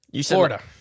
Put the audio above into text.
Florida